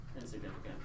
insignificant